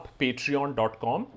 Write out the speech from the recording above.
patreon.com